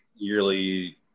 Yearly